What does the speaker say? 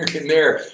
in there?